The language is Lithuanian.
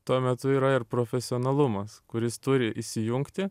tuo metu yra ir profesionalumas kuris turi įsijungti